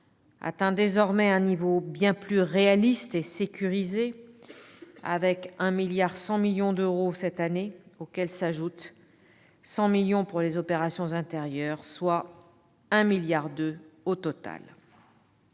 atteint désormais un niveau bien plus réaliste et sécurisé, avec 1,1 milliard d'euros cette année, auxquels s'ajoutent 100 millions d'euros pour les opérations intérieures, soit 1,2 milliard d'euros au total.